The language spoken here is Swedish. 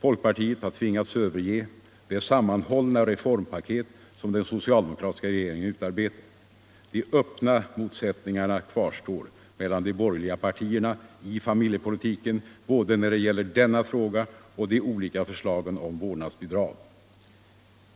Folkpartiet har tvingats överge det sammanhållna reformpaket som den socialdemokratiska regeringen utarbetat. De öppna motsättningarna kvarstår mellan de borgerliga partierna i familjepolitiken när det gäller både denna fråga och de olika förslagen om vårdnadsbidrag.